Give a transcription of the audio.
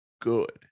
good